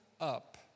up